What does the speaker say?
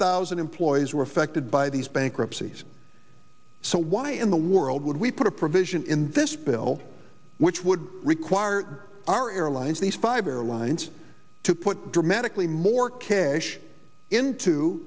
thousand employees were affected by these bankruptcies so why in the world would we put a provision in this bill which would require our airlines these fiber alliance to put dramatically more cash into